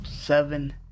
seven